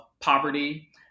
poverty